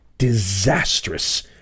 Disastrous